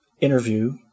interview